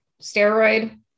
steroid